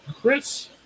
Chris